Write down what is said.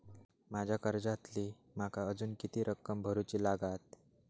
माझ्या कर्जातली माका अजून किती रक्कम भरुची लागात?